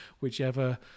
whichever